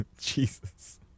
jesus